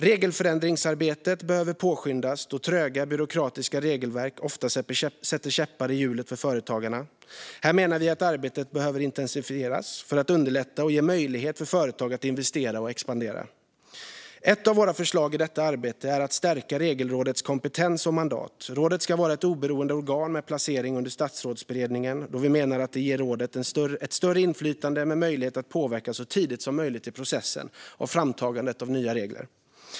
Regelförenklingsarbetet behöver påskyndas då tröga, byråkratiska regelverk ofta sätter käppar i hjulet för företagarna. Här menar vi att arbetet behöver intensifieras för att underlätta och ge möjlighet för företag att investera och expandera. Ett av våra förslag i detta arbete är att stärka Regelrådets kompetens och mandat. Rådet ska vara ett oberoende organ med placering under Statsrådsberedningen, då vi menar att det ger rådet ett större inflytande med möjlighet att påverka så tidigt som möjligt i processen med framtagande av nya regler.